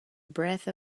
breath